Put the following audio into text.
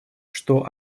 что